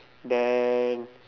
then